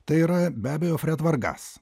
tai yra be abejo fred vargas